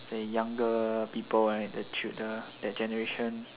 the younger people right the childr~ that generation